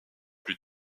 plus